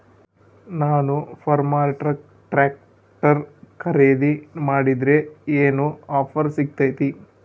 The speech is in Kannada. ನಾನು ಫರ್ಮ್ಟ್ರಾಕ್ ಟ್ರಾಕ್ಟರ್ ಖರೇದಿ ಮಾಡಿದ್ರೆ ಏನು ಆಫರ್ ಸಿಗ್ತೈತಿ?